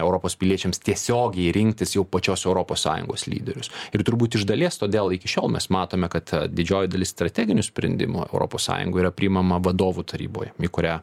europos piliečiams tiesiogiai rinktis jau pačios europos sąjungos lyderius ir turbūt iš dalies todėl iki šiol mes matome kad didžioji dalis strateginių sprendimų europos sąjungoje yra priimama vadovų taryboje į kurią